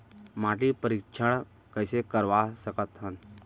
माटी परीक्षण कइसे करवा सकत हन?